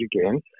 again